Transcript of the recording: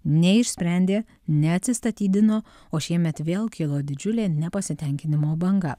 neišsprendė neatsistatydino o šiemet vėl kilo didžiulė nepasitenkinimo banga